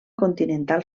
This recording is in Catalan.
continental